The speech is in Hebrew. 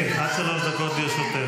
כן, השבוע אמרת: במלחמה זה משהו אחר,